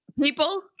people